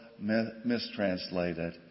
mistranslated